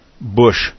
Bush